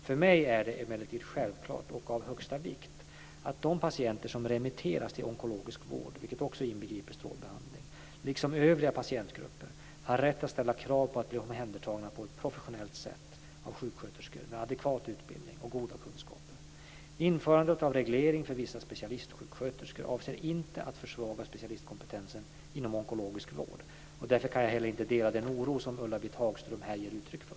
För mig är det emellertid självklart och av högsta vikt att de patienter som remitteras till onkologisk vård, vilket också inbegriper strålbehandling, liksom övriga patientgrupper har rätt att ställa krav på att bli omhändertagna på ett professionellt sätt av sjuksköterskor med adekvat utbildning och goda kunskaper. Införandet av reglering för vissa specialistsjuksköterskor avser inte att försvaga specialistkompetensen inom onkologisk vård och därför kan jag heller inte dela den oro som Ulla-Britt Hagström här ger uttryck för.